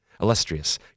illustrious